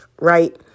right